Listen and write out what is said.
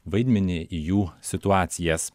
vaidmenį jų situacijas